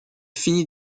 fini